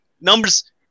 Numbers